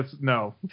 No